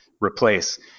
replace